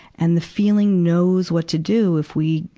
and the feeling knows what to do, if we,